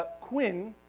ah quinn,